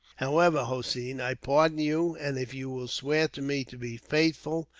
however, hossein, i pardon you, and if you will swear to me to be faithful,